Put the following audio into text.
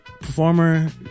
performer